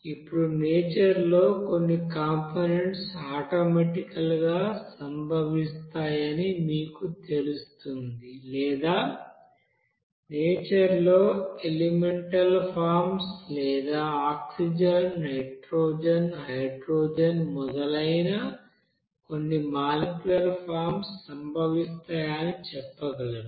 ఇప్పుడు నేచర్ లో కొన్ని కంపోనెంట్స్ ఆటోమెటికల్ గా సంభవిస్తాయనిమీకుతెలుస్తుంది లేదా నేచర్ లో ఎలిమెంటల్ ఫార్మ్స్ లేదా ఆక్సిజన్ నైట్రోజన్ హైడ్రోజన్ మొదలైన కొన్ని మాలిక్యూలర్ ఫార్మ్స్ సంభవిస్తాయని చెప్పగలరు